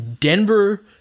Denver